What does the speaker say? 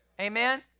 Amen